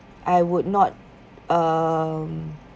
I would not um